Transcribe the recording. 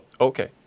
Okay